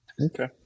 Okay